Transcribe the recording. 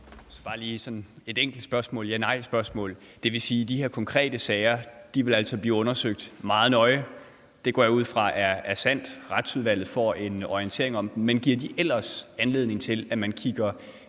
Jeg har bare et enkelt spørgsmål, der kan besvares med ja eller nej. Det vil sige, at de her konkrete sager vil blive undersøgt meget nøje? Det går jeg ud fra er sandt. Retsudvalget får en orientering om dem. Men giver de ellers anledning til, at man kigger